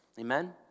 Amen